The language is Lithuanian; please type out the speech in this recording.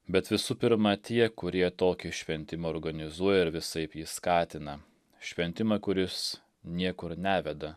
bet visų pirma tie kurie tokį šventimą organizuoja ir visaip jį skatina šventimą kuris niekur neveda